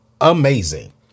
Amazing